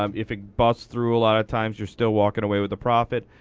um if it busts through, a lot of times you're still walking away with a profit.